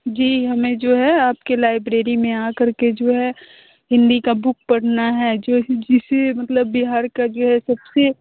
जी हमें जो है आपके लाइब्रेरी में आकर के जो है हिन्दी का बुक पढ़ना है जैसे जिसे मतलब बिहार का जो है सबसे